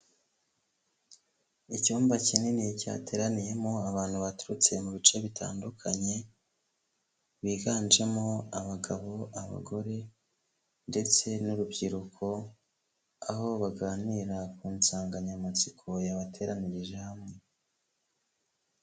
Icyumba kinini cyateraniyemo abantu baturutse mu bice bitandukanye, biganjemo abagabo, abagore ndetse n'urubyiruko, aho baganira ku nsanganyamatsiko yabateranyirije hamwe.